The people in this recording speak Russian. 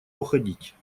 уходить